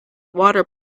water